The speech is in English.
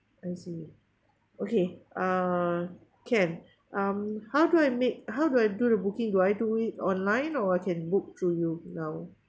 I see okay uh can um how do I make how do I do the booking do I do it online or I can book through you now